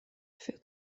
für